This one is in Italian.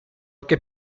che